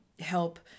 help